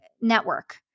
network